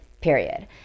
period